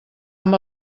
amb